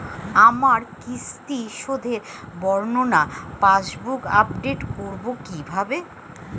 আমার কিস্তি শোধে বর্ণনা পাসবুক আপডেট করব কিভাবে?